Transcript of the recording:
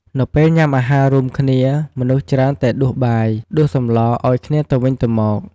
នៅពេលញ៉ាំអាហាររួមគ្នា មនុស្សច្រើនតែដួសបាយ ដួសសម្លរឲ្យគ្នាទៅវិញទៅមក។